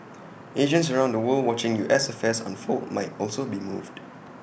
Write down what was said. Asians around the world watching U S affairs unfold might also be moved